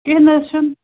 کیٚنٛہہ نہَ حظ چھُنہٕ